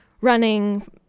running